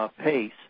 pace